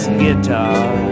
guitar